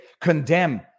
condemn